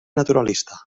naturalista